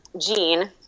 gene